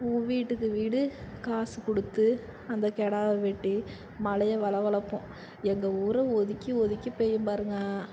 வீட்டுக்கு வீடு காசு கொடுத்து அந்த கெடா வெட்டி மழய வள வளர்ப்போம் எங்கள் ஊரை ஒதுக்கி ஒதுக்கி பெய்யும் பாருங்கள்